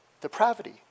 Depravity